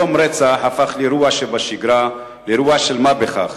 היום רצח הפך אירוע שבשגרה, אירוע של מה בכך.